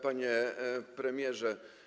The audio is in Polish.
Panie Premierze!